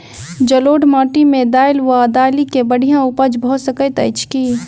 जलोढ़ माटि मे दालि वा दालि केँ बढ़िया उपज भऽ सकैत अछि की?